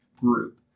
group